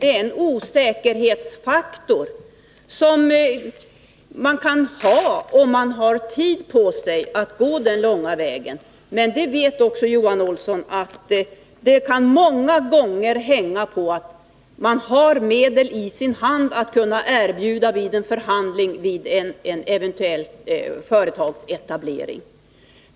Det är en osäkerhetsfaktor man kan ha om man har tid på sig att gå den långa vägen. Men Johan Olsson vet också att det många gånger kan hänga på om man har medel i sin hand att erbjuda vid en förhandling om en eventuell företagsetablering.